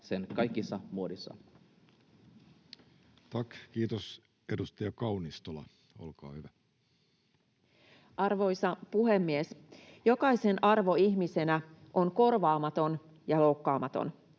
sen kaikissa muodoissa. Tack, kiitos. — Edustaja Kaunistola, olkaa hyvä. Arvoisa puhemies! Jokaisen arvo ihmisenä on korvaamaton ja loukkaamaton.